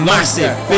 Massive